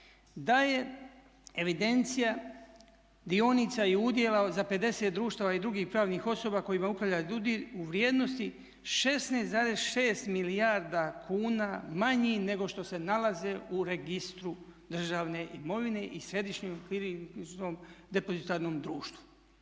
je evidencija dionica i udjela za 50 društava i drugih pravnih osoba kojima upravlja DUDI u vrijednosti 16,6 milijarda kuna manji nego što se nalaze u registru državne imovine i središnjem …/Govornik se ne razumije./… depozitarnom društvu."